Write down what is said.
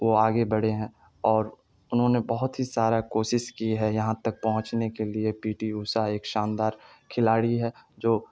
وہ آگے بڑھے ہیں اور انہوں نے بہت ہی سارا کوشش کی ہے یہاں تک پہنچنے کے لیے پی ٹی اوشا ایک شاندار کھلاڑی ہے جو